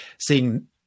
seeing